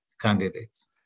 candidates